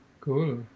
Cool